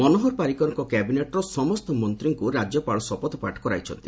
ମନୋହର ପାରିକରଙ୍କ କ୍ୟାବିନେଟ୍ର ସମସ୍ତ ମନ୍ତ୍ରୀଙ୍କୁ ରାଜ୍ୟପାଳ ଶପଥପାଠ କରାଇଛନ୍ତି